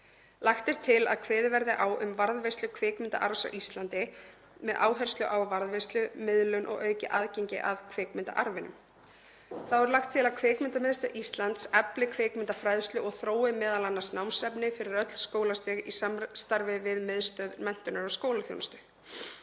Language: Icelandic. Lagt er til að kveðið verði á um varðveislu kvikmyndaarfs á Íslandi með áherslu á varðveislu, miðlun og aukið aðgengi að kvikmyndaarfinum. Þá er lagt til að Kvikmyndamiðstöð Íslands efli kvikmyndafræðslu og þrói m.a. námsefni fyrir öll skólastig í samstarfi við Miðstöð menntunar og skólaþjónustu.